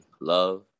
love